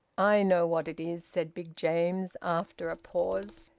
i know what it is, said big james, after a pause.